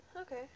Okay